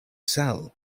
sell